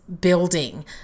building